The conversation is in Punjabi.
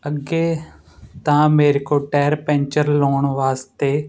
ਅੱਗੇ ਤਾਂ ਮੇਰੇ ਕੋਲ ਟਾਇਰ ਪੈਂਚਰ ਲਾਉਣ ਵਾਸਤੇ